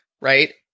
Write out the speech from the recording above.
right